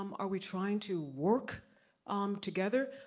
um are we trying to work um together?